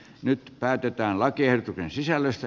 nyt päätetään lakiehdotuksen sisällöstä